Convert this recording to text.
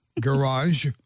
garage